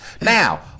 Now